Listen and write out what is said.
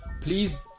please